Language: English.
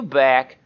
back